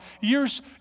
years